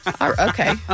Okay